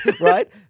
Right